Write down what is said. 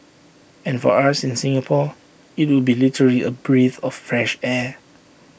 and for us in Singapore IT would be literally A breath of fresh air